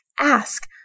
Ask